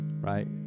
Right